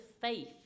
faith